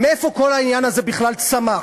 מאיפה כל העניין הזה בכלל צמח.